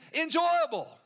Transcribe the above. enjoyable